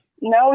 No